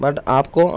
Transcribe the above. but آپ کو